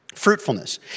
Fruitfulness